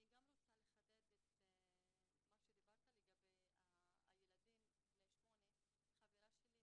אני גם רוצה לחדד את מה שדיברת לגבי הילדים בני 8. חברה שלי,